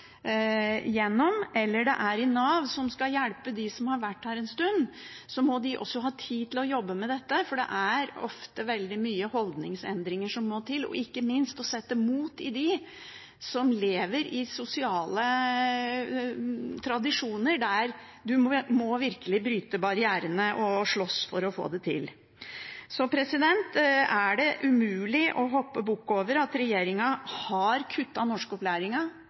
i Nav, som skal hjelpe dem som har vært her en stund, også må ha tid til å jobbe med dette, for det er veldig ofte holdningsendringer som må til, ikke minst det å sette mot i dem som lever i sosiale tradisjoner der en virkelig må bryte barrierer og slåss for å få det til. Så er det umulig å hoppe bukk over at regjeringen har